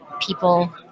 people